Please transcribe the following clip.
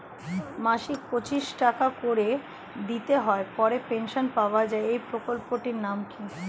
মাসিক পঁচিশ টাকা করে দিতে হয় পরে পেনশন পাওয়া যায় এই প্রকল্পে টির নাম কি?